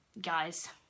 guys